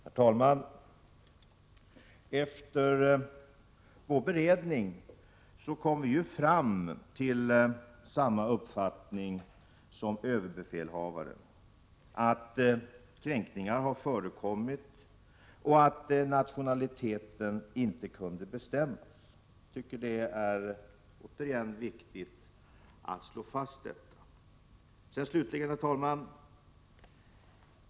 Herr talman! Efter vår beredning kom vi ju fram till samma uppfattning som överbefälhavaren, att kränkningar har förekommit och att nationaliteten inte kunde bestämmas. Jag tycker att det är viktigt att återigen slå fast detta. Slutligen, herr talman!